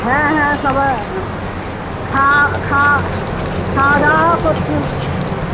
হ্যাঁ হ্যাঁ সবার খা খা খাওয়াদাওয়া করছে হুম